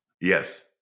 Yes